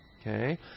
Okay